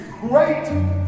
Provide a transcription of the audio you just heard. great